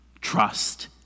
Trust